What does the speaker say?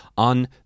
On